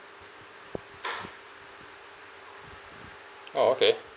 oh okay